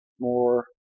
more